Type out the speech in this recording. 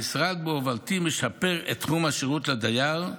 המשרד בהובלתי משפר את תחום השירות לדייר,